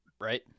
Right